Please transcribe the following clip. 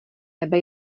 nebe